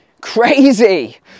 crazy